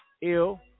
ill